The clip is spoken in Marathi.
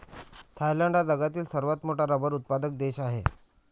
थायलंड हा जगातील सर्वात मोठा रबर उत्पादक देश आहे